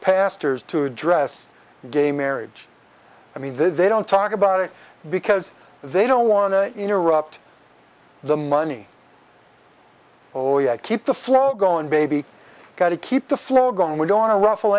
pastors to address gay marriage i mean that they don't talk about it because they don't want to interrupt the money oh yeah keep the flow going baby got to keep the flow going we don't want to ruffle